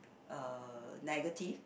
uh negative